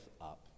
up